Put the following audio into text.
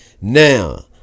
Now